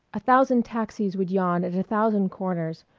a thousand taxis would yawn at a thousand corners,